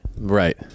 Right